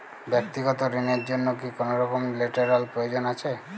ব্যাক্তিগত ঋণ র জন্য কি কোনরকম লেটেরাল প্রয়োজন আছে?